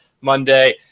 Monday